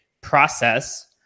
process